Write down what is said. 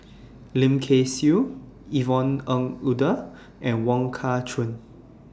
Lim Kay Siu Yvonne Ng Uhde and Wong Kah Chun